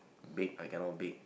bake I cannot bake